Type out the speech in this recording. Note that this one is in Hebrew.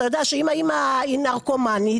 אתה יודע שאם האמא היא נרקומנית,